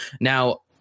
Now